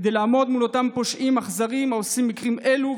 כדי לעמוד מול אותם פושעים אכזרים העושים מקרים אלה.